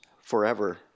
forever